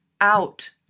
out